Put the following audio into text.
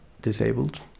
disabled